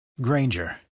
Granger